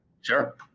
Sure